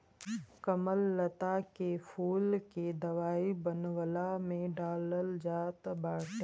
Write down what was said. कमललता के फूल के दवाई बनवला में डालल जात बाटे